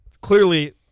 clearly